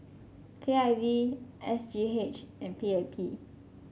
K I V S G H and P A P